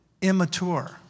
Immature